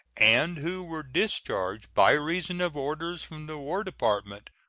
and who were discharged by reason of orders from the war department,